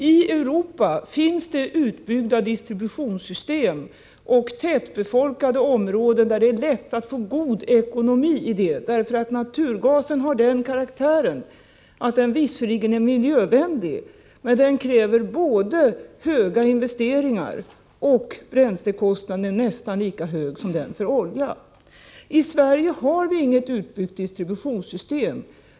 I Europa finns det utbyggda distributionssystem och tätbefolkade områden där det är lätt att få god ekonomi på projekt av detta slag, eftersom naturgasen har en sådan karaktär att den visserligen är miljövänlig, men den kräver stora investeringar, och bränslekostnaden är nästan lika hög som för oljan. I Sverige har vi inte något utbyggt distributionssystem.